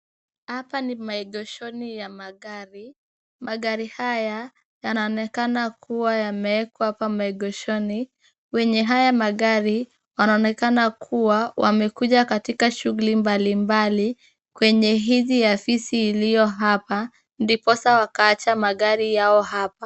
Hapa ni maegeshoni ya magari. Magari haya, yanaonekana kuwa yameekwa kwa maegeshoni. Wenye haya magari, wanaonekana kuwa wamekuja katika shughuli mbalimbali kwenye hizi asisi iliyo hapa, ndiposa wakaacha magari yao hapa.